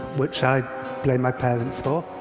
which i blame my parents for.